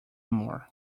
more